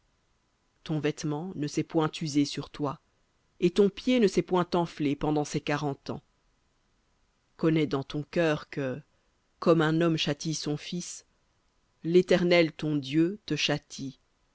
ton vêtement ne s'est point usé sur toi et ton pied ne s'est point enflé pendant ces quarante ans connais dans ton cœur que comme un homme châtie son fils l'éternel ton dieu te châtie